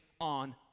on